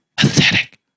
Pathetic